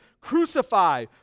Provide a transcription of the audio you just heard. Crucify